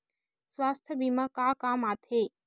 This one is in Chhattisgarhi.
सुवास्थ बीमा का काम आ थे?